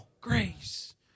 Grace